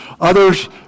Others